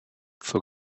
zur